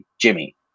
Jimmy